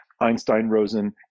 Einstein-Rosen